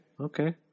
Okay